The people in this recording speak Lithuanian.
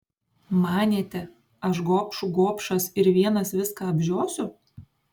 manėte aš gobšų gobšas ir vienas viską apžiosiu